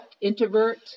introvert